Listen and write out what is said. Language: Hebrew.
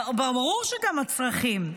ברור שגם הצרכים.